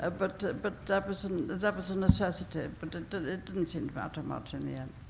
ah but but that was and that was a necessity. but it didn't didn't seem to matter much, in the end.